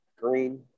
green